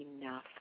enough